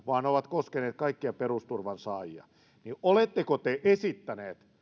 vaan ne ovat koskeneet kaikkia perusturvansaajia niin oletteko te esittänyt